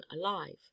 alive